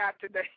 today